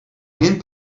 angen